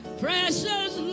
precious